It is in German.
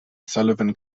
sullivan